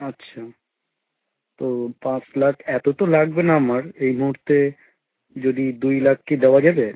আচ্ছা তো পাঁচ লাখ এত তো লাগবে না আমার এই মুহূর্তে যদি দুই লাখ কি দেওয়া যাবে